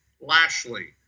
Lashley